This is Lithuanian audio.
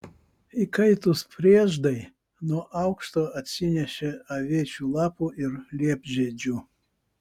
įkaitus prieždai nuo aukšto atsinešė aviečių lapų ir liepžiedžių